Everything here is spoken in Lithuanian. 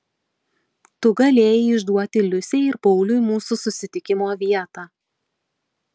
tu galėjai išduoti liusei ir pauliui mūsų susitikimo vietą